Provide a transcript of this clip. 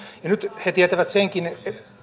ja nyt he tietävät senkin